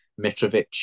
Mitrovic